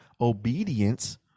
Obedience